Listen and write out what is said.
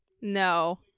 No